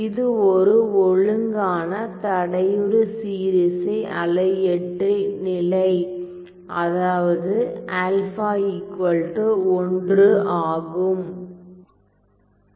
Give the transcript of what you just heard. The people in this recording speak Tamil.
இது ஒரு ஒழுங்கான தடையுறு சீரிசை அலையியற்றி நிலை அதாவது α 1 ஆகும்